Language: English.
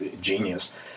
genius